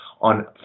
on